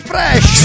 Fresh